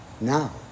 now